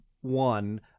One